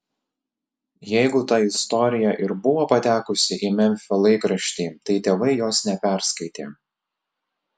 jeigu ta istorija ir buvo patekusi į memfio laikraštį tai tėvai jos neperskaitė